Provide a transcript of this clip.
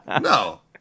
No